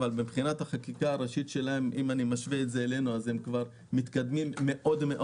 אבל החקיקה הראשית שלהם בהשוואה אלינו מתקדמת מאוד,